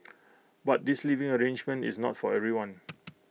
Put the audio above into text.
but this living arrangement is not for everyone